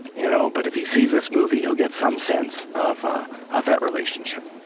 you know but if he sees this movie, he'll get some sense of of that relationship